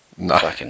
No